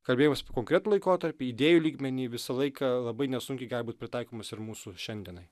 kalbėjimas apie konkretų laikotarpį idėjų lygmeny visą laiką labai nesunkiai gali būti pritaikomas ir mūsų šiandienai